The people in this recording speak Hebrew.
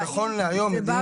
והאם מדובר בחלופין.